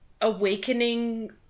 awakening